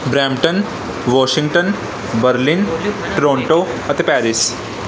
Brampton Washington Berlin Toronto ਅਤੇ Paris